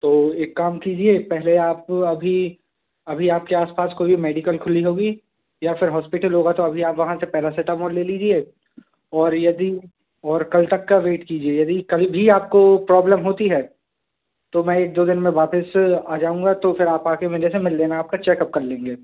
तो एक काम कीजिए पहले आप अभी अभी आपके आसपास कोई भी मेडिकल खुली होगी या फिर हॉस्पिटल होगा तो अभी आप वहाँ से पैरासिटामोल ले लीजिए और यदि और कल तक का वेट कीजिए यदि कभी भी आपको प्रॉब्लम होती है तो मैं एक दो दिन में वापस आ जाऊँगा तो फिर आप आ कर मेरे से मिल लेना आपका चेकअप कर लेंगे